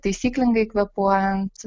taisyklingai kvėpuojant